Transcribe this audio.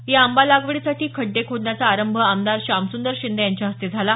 या आंबा लागवडीसाठी खड्डे खोदण्याचा आरंभ आमदार शामसुंदर शिंदे यांच्या हस्ते झाला